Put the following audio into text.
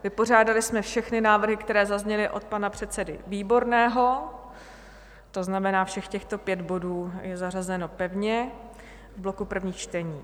Vypořádali jsme všechny návrhy, které zazněly od pana předsedy Výborného, to znamená, všech těchto pět bodů je zařazeno pevně v bloku prvních čtení.